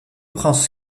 prince